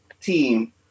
team